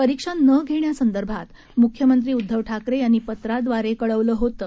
परीक्षा न घेण्यासंदर्भात मुख्यमंत्री उद्दव ठाकरे यांनी पत्राद्वारे कळविलं होतं